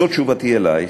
זאת תשובתי אלייך,